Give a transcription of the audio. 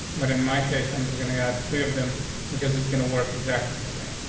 but in my case, i'm just gonna got three of them because it's gonna work exactly the same.